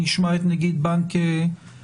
נשמע את נגיד בנק ישראל.